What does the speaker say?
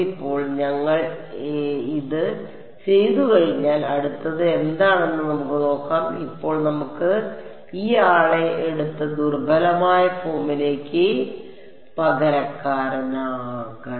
ഇപ്പോൾ ഞങ്ങൾ ഇത് ചെയ്തുകഴിഞ്ഞാൽ അടുത്തത് എന്താണെന്ന് നമുക്ക് നോക്കാം ഇപ്പോൾ നമുക്ക് ഈ ആളെ എടുത്ത് ദുർബലമായ ഫോമിലേക്ക് പകരക്കാരനാകണം